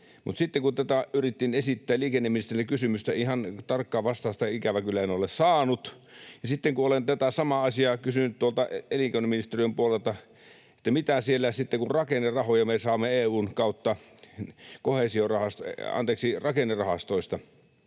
mutta kun yritin esittää liikenneministerille kysymystä, ihan tarkkaa vastausta en ikävä kyllä saanut, ja sitten kun olen tätä samaa asiaa kysynyt tuolta elinkeinoministeriön puolelta, että mitä siellä sitten, kun rakennerahoja me saamme EU:n kautta rakennerahastoista, niin sieltäkin tulee